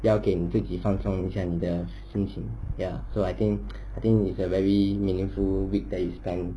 要给你自己放松一下你的心情 ya so I think it's a very meaningful week that you spend